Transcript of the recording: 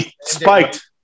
spiked